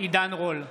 עידן רול,